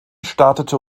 startete